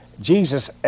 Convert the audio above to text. Jesus